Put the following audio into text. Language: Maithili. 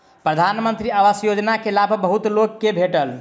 प्रधानमंत्री आवास योजना के लाभ बहुत लोक के भेटल